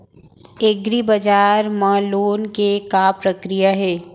एग्रीबजार मा लोन के का प्रक्रिया हे?